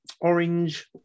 orange